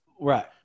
right